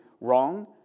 wrong